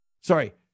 sorry